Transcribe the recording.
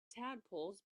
tadpoles